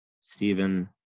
Stephen